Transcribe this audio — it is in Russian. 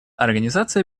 организация